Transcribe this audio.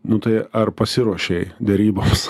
nu tai ar pasiruošei deryboms